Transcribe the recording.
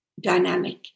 dynamic